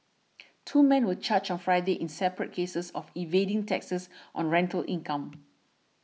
two man were charged on Friday in separate cases of evading taxes on rental income